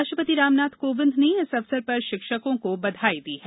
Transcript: राष्ट्रपति रामनाथ कोविंद ने इस अवसर पर शिक्षकों को बधाई दी है